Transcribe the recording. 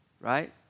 right